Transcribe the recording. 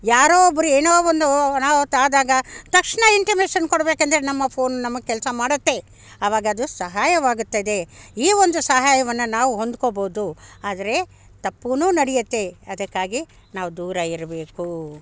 ಯಾರೋ ಒಬ್ರು ಏನೋ ಒಂದು ಅನಾಹುತ ಆದಾಗ ತಕ್ಷಣ ಇಂಟಿಮೇಶನ್ ಕೊಡ್ಬೇಕೆಂದ್ರೆ ನಮ್ಮ ಫೋನ್ ನಮ್ಗೆ ಕೆಲಸ ಮಾಡುತ್ತೆ ಆವಾಗ ಅದು ಸಹಾಯವಾಗುತ್ತದೆ ಈ ಒಂದು ಸಹಾಯವನ್ನು ನಾವು ಹೊಂದ್ಕೊಬೋದು ಆದರೆ ತಪ್ಪೂ ನಡೆಯುತ್ತೆ ಅದಕ್ಕಾಗಿ ನಾವು ದೂರ ಇರಬೇಕು